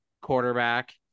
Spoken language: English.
quarterback